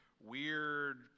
weird